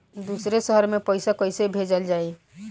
दूसरे शहर में पइसा कईसे भेजल जयी?